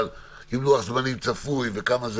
אבל עם לוח זמנים צפוי וכמה,